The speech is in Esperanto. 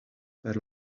per